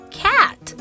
cat